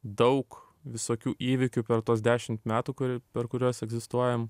daug visokių įvykių per tuos dešimt metų kur per kuriuos egzistuojam